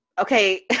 Okay